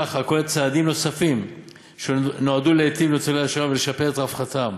הכוללת צעדים נוספים שנועדו להיטיב עם ניצולי השואה ולשפר את רווחתם: